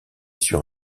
sur